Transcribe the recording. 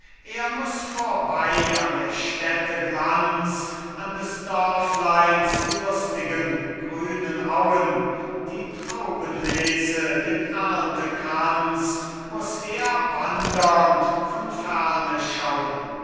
er muß vorbei an der städte glanz an des dörfleins lustigen grünen auen die traubenlese den erntekranz muß er wandernd von ferne schauen